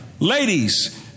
Ladies